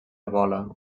bola